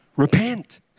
repent